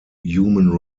human